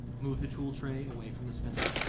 move the tool tray away from the spindle.